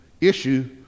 issue